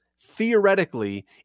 theoretically